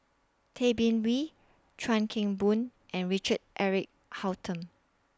Tay Bin Wee Chuan Keng Boon and Richard Eric Holttum